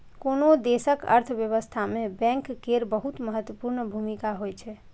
कोनो देशक अर्थव्यवस्था मे बैंक केर बहुत महत्वपूर्ण भूमिका होइ छै